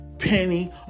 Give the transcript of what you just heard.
penny